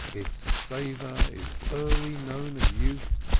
its savor is early known of youth,